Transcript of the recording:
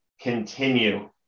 continue